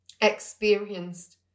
experienced